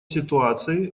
ситуации